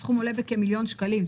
הסכום עולה בכמיליון שקלים,